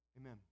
Amen